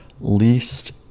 least